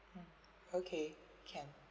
okay can